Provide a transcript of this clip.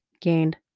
gained